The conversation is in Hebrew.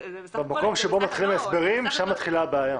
בו מתחילים ההסברים, שם מתחילה הבעיה.